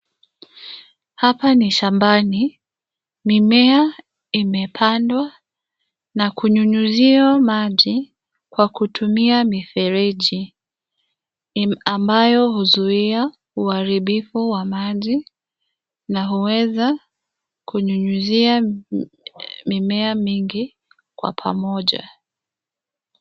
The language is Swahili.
Hapa ni shambani, mimea imepandwa na kunyunyuziwa maji kwa kutumia mifereji, ambayo huzuia uharibifu wa maji na huweza kunyunyuzia mimea mingi kwa pamoja.